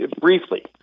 briefly